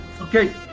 Okay